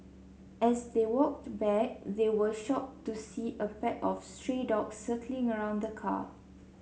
as they walked back they were shocked to see a pack of stray dogs circling around the car